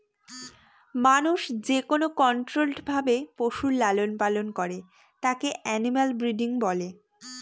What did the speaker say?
মানুষ যেকোনো কন্ট্রোল্ড ভাবে পশুর লালন পালন করে তাকে এনিম্যাল ব্রিডিং বলে